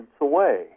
away